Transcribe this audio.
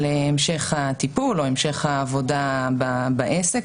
המשך הטיפול או על המשך העבודה בעסק.